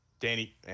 Danny